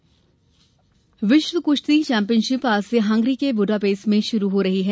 कुश्ती विश्व कृश्ती चैम्पियनशिप आज से हंगरी के ब्रुडापेस्ट में शुरू हो रही है